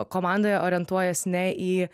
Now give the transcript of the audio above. komandoje orientuojuos ne į